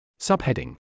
Subheading